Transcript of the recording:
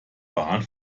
bahn